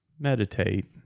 Meditate